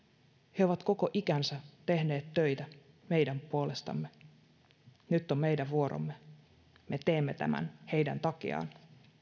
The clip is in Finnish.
he ovat koko ikänsä tehneet töitä meidän puolestamme nyt on meidän vuoromme me teemme tämän heidän takiaan